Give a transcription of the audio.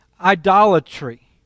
idolatry